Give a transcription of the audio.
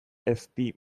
ezti